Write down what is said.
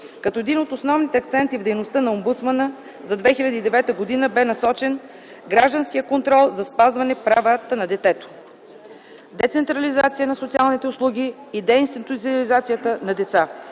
Като един от основните акценти в дейността на омбудсмана за 2009 г. бе посочен гражданският контрол за спазване правата на детето, децентрализацията на социалните услуги и деинституционализацията на деца.